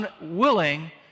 unwilling